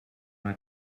una